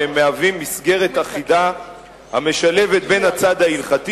והם מהווים מסגרת אחידה המשלבת בין הצד ההלכתי